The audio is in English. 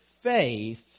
faith